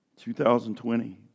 2020